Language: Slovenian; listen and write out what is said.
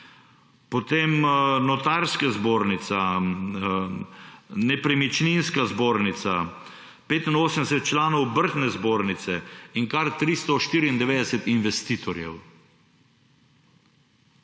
Potem Notarska zbornica, Nepremičninska zbornica, 85 članov Obrtne zbornice in kar 394 investitorjev.